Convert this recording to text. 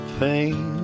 pain